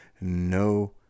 no